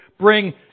bring